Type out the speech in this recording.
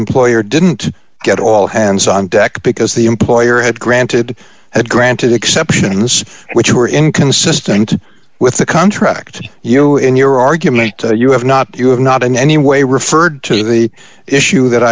employer didn't get all hands on deck because the employer had granted had granted exceptions which were inconsistent with the contract you in your argument you have not you have not in any way referred to the issue that